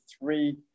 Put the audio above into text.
three